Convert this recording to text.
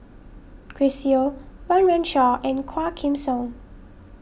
Chris Yeo Run Run Shaw and Quah Kim Song